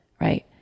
right